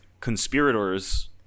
conspirators